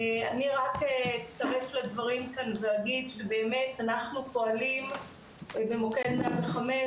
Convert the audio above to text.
אני רק אצטרף לדברים כאן ואגיד באמת אנחנו פועלים במוקד 105,